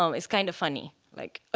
um it's kind of funny. like